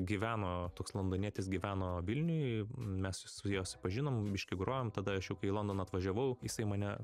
gyveno toks londonietis gyveno vilniuj mes su juo supažinom biškį grojom tada aš jau kai į londoną atvažiavau jisai mane